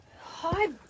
Hi